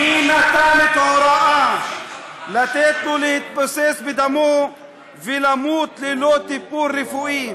מי נתן את ההוראה לתת לו להתבוסס בדמו ולמות ללא טיפול רפואי?